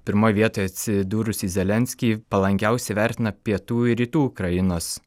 pirmoj vietoj atsidūrusį zelenskį palankiausiai vertina pietų ir rytų ukrainos